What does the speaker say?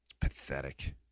pathetic